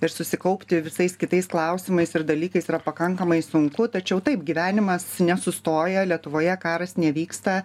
ir susikaupti visais kitais klausimais ir dalykais yra pakankamai sunku tačiau taip gyvenimas nesustoja lietuvoje karas nevyksta